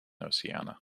oceania